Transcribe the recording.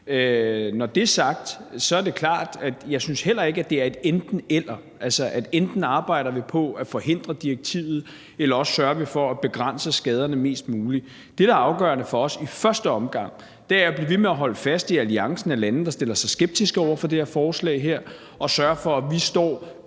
Når det er sagt, er det klart, at jeg heller ikke synes, at det er et enten-eller, altså at vi enten arbejder på at forhindre direktivet eller vi sørger for at begrænse skaderne mest muligt. Det, der er afgørende for os i første omgang, er jo at blive ved med at holde fast i alliancen af lande, der stiller sig skeptiske over for det her forslag, og sørge for, at vi står